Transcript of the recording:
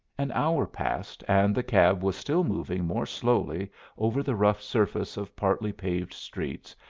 an hour passed, and the cab was still moving more slowly over the rough surface of partly paved streets,